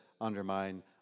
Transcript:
undermine